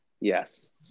yes